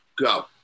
Go